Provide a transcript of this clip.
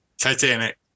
Titanic